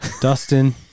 Dustin